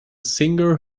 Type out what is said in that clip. singer